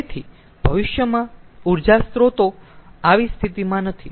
તેથી ભવિષ્યમાં ઊર્જા સ્ત્રોતો આવી સ્થિતિમાં નથી